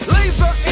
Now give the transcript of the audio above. Laser